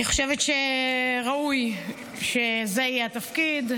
אני חושבת שראוי שזה יהיה התפקיד,